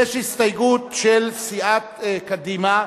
יש הסתייגות של סיעת קדימה,